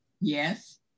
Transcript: Yes